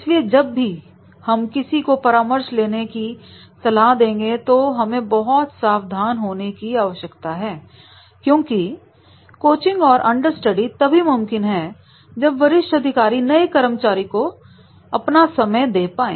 इसलिए जब भी हम किसी को परामर्श लेने की सलाह देंगे तो हमें बहुत सावधान होने की आवश्यकता है क्योंकि कोचिंग और अंडरस्टडी तभी मुमकिन है जब वरिष्ठ अधिकारी नए कर्मचारी को अपना समय दे पाए